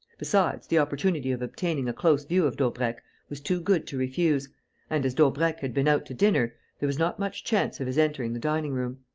besides, the opportunity of obtaining a close view of daubrecq was too good to refuse and, as daubrecq had been out to dinner, there was not much chance of his entering the dining-room.